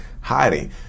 hiding